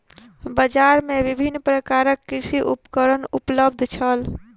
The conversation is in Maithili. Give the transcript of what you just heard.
बजार में विभिन्न प्रकारक कृषि उपकरण उपलब्ध छल